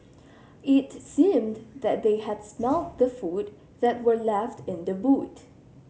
it seemed that they had smelt the food that were left in the boot